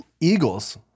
Eagles